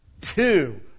Two